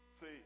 See